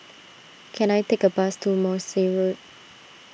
can I take a bus to Morse Road